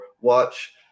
watch